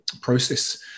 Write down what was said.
process